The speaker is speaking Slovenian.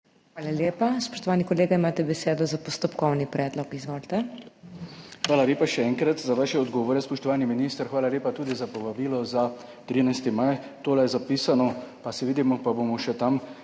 Hvala lepa. Spoštovani kolega, imate besedo za postopkovni predlog. Izvolite. **JOŽEF LENART (PS SDS):** Še enkrat hvala lepa za vaše odgovore, spoštovani minister. Hvala lepa tudi za povabilo za 13. maj. Tole je zapisano, pa se vidimo in bomo še tam